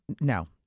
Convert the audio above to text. No